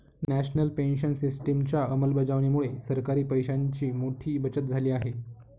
national pension सिस्टिमच्या अंमलबजावणीमुळे सरकारी पैशांची मोठी बचत झाली आहे